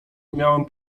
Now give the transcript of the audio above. miałem